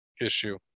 issue